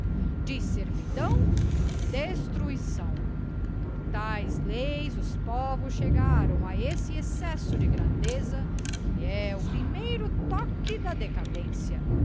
diz servidão e destruição por taes leis os povos chegaram a esse excesso de grandeza que é o primeiro toque da decadência